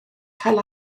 cael